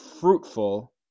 fruitful